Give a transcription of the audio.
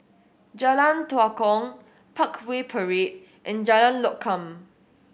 Jalan Tua Kong Parkway Parade and Jalan Lokam